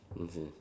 okay